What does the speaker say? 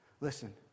Listen